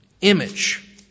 image